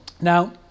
Now